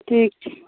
ठीक छै